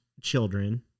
children